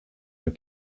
ein